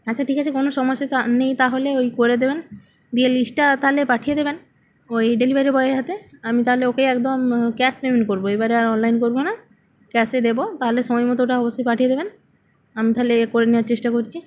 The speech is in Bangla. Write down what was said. আচ্ছা ঠিক আছে কোনও সমস্যা তো আর নেই তাহলে ওই করে দেবেন দিয়ে লিস্টটা তাহলে পাঠিয়ে দেবেন ওই ডেলিভারি বয়ের হাতে আমি তাহলে ওকেই একদম ক্যাশ পেমেন্ট করবো এবারে আর অনলাইন করবো না ক্যাশে দেব তাহলে সময় মতো ওটা অবশ্যই পাঠিয়ে দেবেন আমি তাহলে ইয়ে করে নেওয়ার চেষ্টা করছি